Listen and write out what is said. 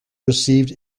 received